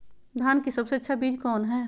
धान की सबसे अच्छा बीज कौन है?